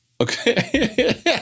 Okay